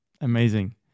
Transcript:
amazing